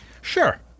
Sure